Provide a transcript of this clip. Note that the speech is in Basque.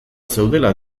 zeudela